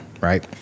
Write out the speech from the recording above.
right